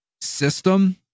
system